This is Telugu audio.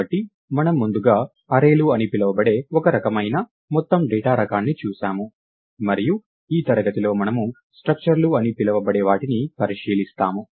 కాబట్టి మనము ముందుగా అర్రేలు అని పిలువబడే ఒక రకమైన మొత్తం డేటా రకాన్ని చూశాము మరియు ఈ తరగతిలో మనము స్ట్రక్చర్ లు అని పిలవబడే వాటిని పరిశీలిస్తాము